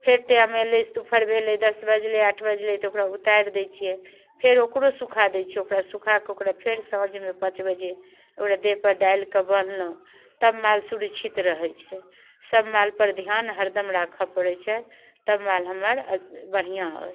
फेर टाइम अएलै दुपहर भेलै दस बजलै आठ बजलै तऽ ओकरा उतारि दै छिए फेर ओकरो सुखा दै छिए ओकरा सुखाके ओकरा फेर साँझमे पाँच बजे ओकरा देहपर डालिके बन्हलहुँ तब माल सुरक्षित रहै छै सब मालपर धिआन हरदम राखऽ पड़ै छै तब माल हमर बढ़िआँ अइ